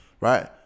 right